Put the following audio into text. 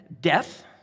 death